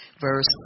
verse